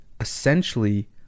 essentially